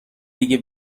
دیگه